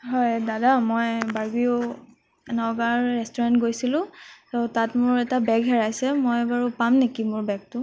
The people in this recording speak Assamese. হয় দাদা মই বাৰ্বিও নগাঁৱৰ ৰেষ্টুৰেণ্ট গৈছিলোঁ তাত মোৰ এটা বেগ হেৰাইছে মই এটা বাৰু পাম নেকি মোৰ বেগটো